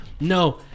no